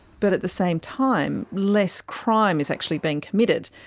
but at the same time less crime is actually being committed.